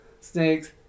snakes